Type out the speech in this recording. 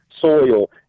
soil